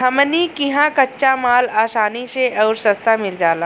हमनी किहा कच्चा माल असानी से अउरी सस्ता मिल जाला